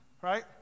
right